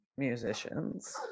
musicians